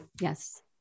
Yes